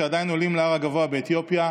שעדיין עולים להר הגבוה באתיופיה,